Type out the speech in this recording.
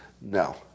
No